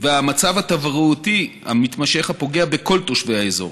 ואת המצב התברואתי המתמשך הפוגע בכל תושבי האזור.